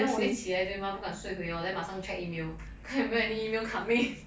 then 我一起来对吗不敢睡回 lor then 马上 check email 看有没有 email coming